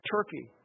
Turkey